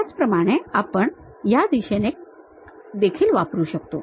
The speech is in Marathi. त्याचप्रमाणे आपण या दिशेने देखील वापरू शकतो